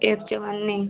एक चवन्नी